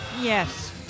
Yes